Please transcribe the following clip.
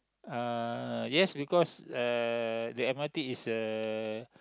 uh yes because uh the m_r_t is uh